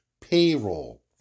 payroll